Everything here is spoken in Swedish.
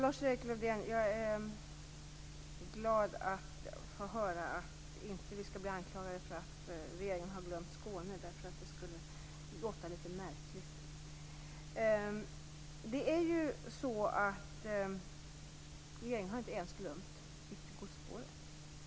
Fru talman! Jag är glad över, Lars-Erik Lövdén, att regeringen inte skall bli anklagad för att ha glömt bort Skåne. Det skulle låta litet märkligt. Regeringen har inte ens glömt det yttre godsspåret.